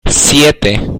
siete